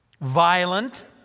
violent